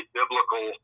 biblical